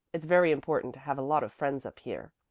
it's very important to have a lot of friends up here.